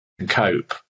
Cope